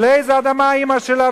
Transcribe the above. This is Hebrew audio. ולאיזה אדמה אמא שלה,